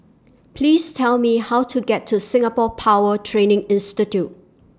Please Tell Me How to get to Singapore Power Training Institute